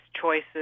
choices